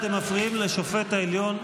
אתם מפריעים לשופט העליון,